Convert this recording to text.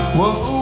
Whoa